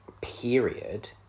period